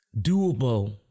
doable